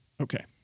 Okay